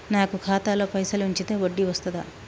నాకు ఖాతాలో పైసలు ఉంచితే వడ్డీ వస్తదా?